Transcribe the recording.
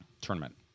tournament